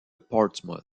portsmouth